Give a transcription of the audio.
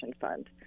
fund